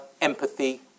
empathy